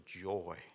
joy